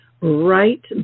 right